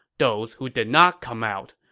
those who did not come out,